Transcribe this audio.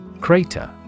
Crater